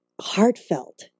heartfelt